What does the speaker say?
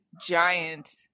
giant